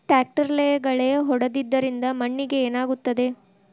ಟ್ರಾಕ್ಟರ್ಲೆ ಗಳೆ ಹೊಡೆದಿದ್ದರಿಂದ ಮಣ್ಣಿಗೆ ಏನಾಗುತ್ತದೆ?